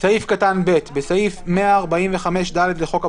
(ב)בסעיף 145(ד) לחוק הבחירות,